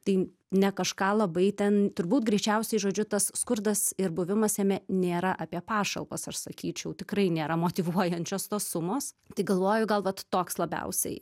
tai ne kažką labai ten turbūt greičiausiai žodžiu tas skurdas ir buvimas jame nėra apie pašalpas aš sakyčiau tikrai nėra motyvuojančios tos sumos tai galvoju gal vat toks labiausiai